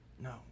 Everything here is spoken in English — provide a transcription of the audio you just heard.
No